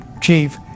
chief